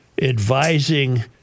Advising